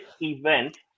event